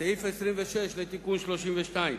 בסעיף 26 לתיקון 32,